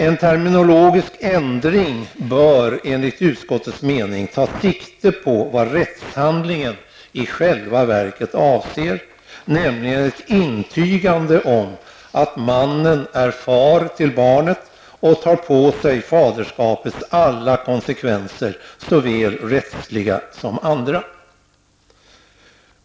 En terminologisk ändring bör enligt utskottets mening ta sikte på vad rättshandlingen i själva verket avser, nämligen ett intygande om att mannen är far till barnet och tar på sig faderskapets alla konsekvenser, såväl rättsliga som andra.